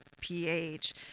pH